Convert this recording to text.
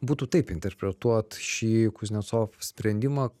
būtų taip interpretuot šį kuznecov sprendimą